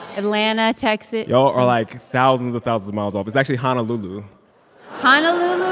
atlanta, texas y'all are like thousands of thousands miles off. it's actually honolulu honolulu, ah